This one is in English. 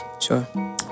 Sure